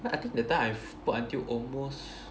then I think that time I've put until almost